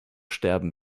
sterben